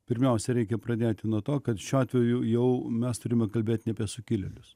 pirmiausia reikia pradėti nuo to kad šiuo atveju jau mes turime kalbėt ne apie sukilėlius